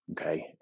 okay